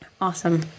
Awesome